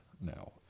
now